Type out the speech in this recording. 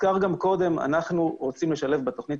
הוזכר גם קודם שאנחנו רוצים לשלב בתכנית